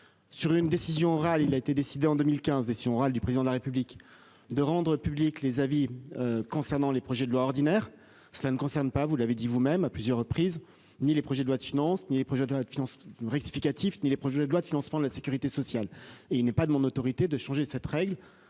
Sur une décision râle. Il a été décidé en 2015 et si du président de la République de rendre publics les avis concernant les projets de loi ordinaire. Cela ne concerne pas, vous l'avez dit vous-même à plusieurs reprises, ni les projets de loi de finances, ni les projets la finance rectificatif ni les projets de loi de financement de la Sécurité sociale et il n'est pas de mon autorité de changer cette règle